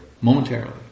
momentarily